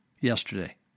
yesterday